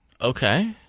okay